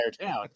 town